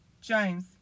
James